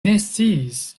nesciis